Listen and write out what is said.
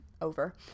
over